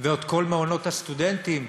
ואת כל מעונות הסטודנטים,